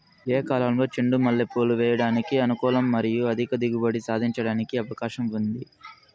ఏ కాలంలో చెండు మల్లె పూలు వేయడానికి అనుకూలం మరియు అధిక దిగుబడి సాధించడానికి అవకాశం ఉంది?